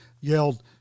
yelled